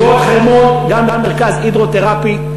במבואות-חרמון, גם מרכז הידרותרפי.